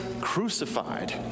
crucified